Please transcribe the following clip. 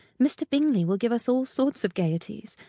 mr. bingley will give us all sorts of gaieties.